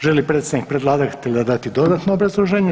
Želi li predstavnik predlagatelja dati dodatno obrazloženje?